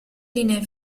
linee